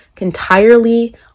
entirely